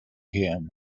him